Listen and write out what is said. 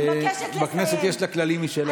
לכנסת יש כללים משלה.